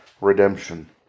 redemption